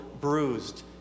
bruised